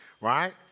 right